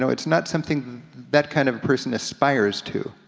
so it's not something that kind of person aspires to.